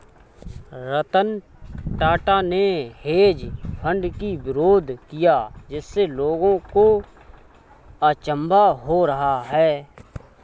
रतन टाटा ने hedge fund की विरोध किया जिससे लोगों को अचंभा हो रहा है